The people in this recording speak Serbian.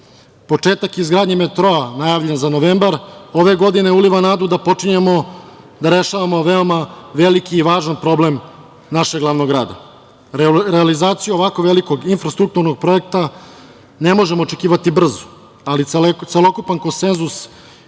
Početak izgradnje metroa, najavljen za novembar ove godine, uliva nadu da počinjemo da rešavamo veoma veliki i važan problem našeg glavnog grada. Realizaciju ovako velikog infrastrukturnog projekta ne možemo očekivati brzo, ali celokupan konsenzus